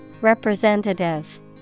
Representative